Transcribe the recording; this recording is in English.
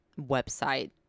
website